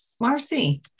Marcy